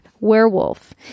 werewolf